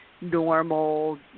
normal